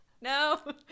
no